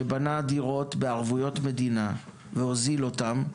שבנה דירות בערבויות מדינה והוזיל אותן,